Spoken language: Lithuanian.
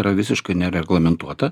yra visiškai nereglamentuota